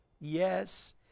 yes